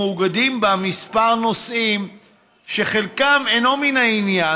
מאוגדים בה כמה נושאים שחלקם אינו מן העניין,